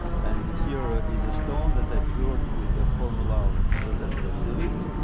and here is a stone that i poured with the formula of joseph davidovits,